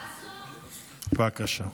בבקשה.